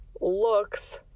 looks